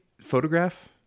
photograph